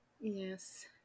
yes